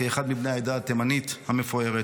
כאחד מבני העדה התימנית המפוארת,